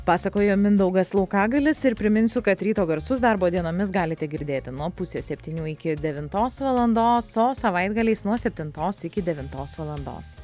pasakojo mindaugas laukagalis ir priminsiu kad ryto garsus darbo dienomis galite girdėti nuo pusės septynių iki devintos valandos o savaitgaliais nuo septintos iki devintos valandos